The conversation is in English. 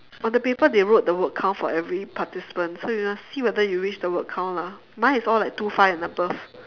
on the paper they wrote the word count for every participant so you must see whether you reach the word count lah mine is all like two five and above